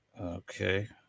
Okay